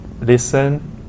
listen